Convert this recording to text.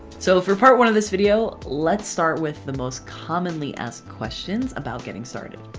so for part one of this video let's start with the most commonly asked questions about getting started.